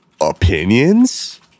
Opinions